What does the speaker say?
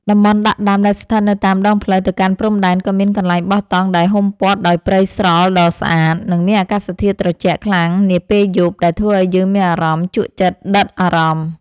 តំបន់ដាក់ដាំដែលស្ថិតនៅតាមដងផ្លូវទៅកាន់ព្រំដែនក៏មានកន្លែងបោះតង់ដែលហ៊ុមព័ទ្ធដោយព្រៃស្រល់ដ៏ស្អាត និង មានអាកាសធាតុត្រជាក់ខ្លាំងនាពេលយប់ដែលធ្វើឱ្យយើងមានអារម្មណ៍ជក់ចិត្តដិតអារម្មណ៍។